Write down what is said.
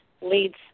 leads